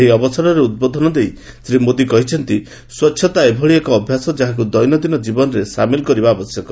ଏହି ଅବସରରେ ଉଦ୍ବୋଧନ ଦେଇ ଶ୍ରୀ ମୋଦି କହିଛନ୍ତି ସ୍ୱଚ୍ଛତା ଏଭଳି ଏକ ଅଭ୍ୟାସ ଯାହାକୁ ଦୈନନ୍ଦିନ ଜୀବନରେ ସାମିଲ୍ କରିବା ଆବଶ୍ୟକ